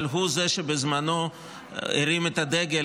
אבל הוא זה שבזמנו הרים את הדגל,